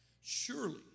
surely